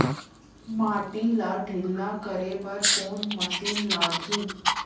माटी ला ढिल्ला करे बर कोन मशीन लागही?